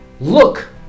look